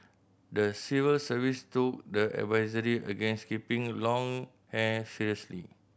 the civil service took the advisory against keeping long hair seriously